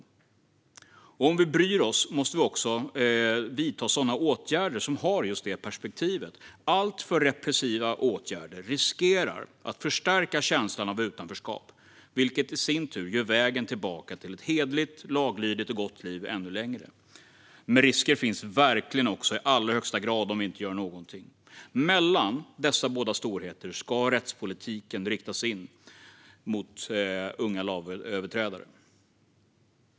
Och om vi bryr oss måste vi också vidta sådana åtgärder som har just det perspektivet. Alltför repressiva åtgärder riskerar att förstärka känslan av utanförskap, vilket i sin tur gör vägen tillbaka till ett hederligt, laglydigt och gott liv ännu längre. Men risker finns verkligen också i allra högsta grad om vi inte gör någonting. Mellan dessa båda storheter ska rättspolitiken riktas in mot unga lagöverträdare.